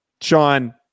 Sean